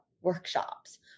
workshops